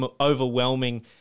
overwhelming